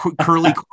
curly